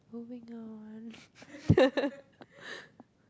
moving on